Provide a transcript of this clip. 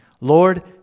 Lord